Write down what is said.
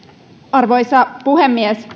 arvoisa puhemies